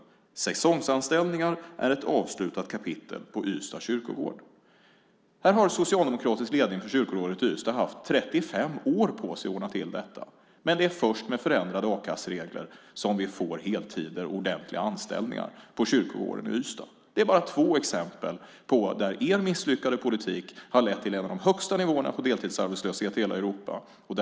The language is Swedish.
- Säsongsanställningar är ett avslutat kapitel på Ystad kyrkogård." Den socialdemokratiska ledningen för kyrkorådet i Ystad har haft 35 år på sig att ordna till detta. Men det är först med förändrade a-kasseregler som vi får heltider och ordentliga anställningar på kyrkogården i Ystad. Det är bara två exempel på att er misslyckade politik har lett till en av de högsta nivåerna på deltidsarbetslöshet i hela Europa.